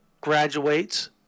graduates